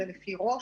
זה לפי ראש,